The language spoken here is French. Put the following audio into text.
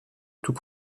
tout